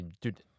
Dude